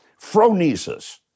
Phronesis